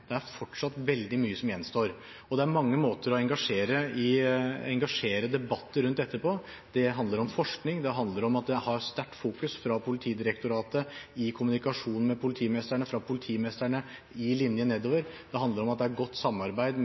det er fortsatt veldig mye som gjenstår. Det er mange måter å engasjere seg i debatter om dette på. Det handler om forskning. Det handler om at det har sterkt fokus i Politidirektoratet, i kommunikasjonen med politimestrene og hos politimestrene i linjen nedover. Det handler om at det er godt samarbeid